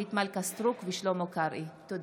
אורית מלכה סטרוק ושלמה קרעי בנושא: